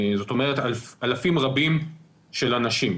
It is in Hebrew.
זאת אומרת, אלפים רבים של אנשים.